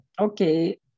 Okay